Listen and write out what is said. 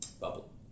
bubble